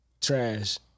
trash